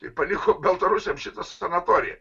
ir paliko baltarusiam šitą sanatoriją